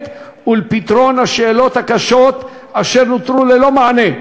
ולפתרון השאלות הקשות אשר נותרו ללא מענה,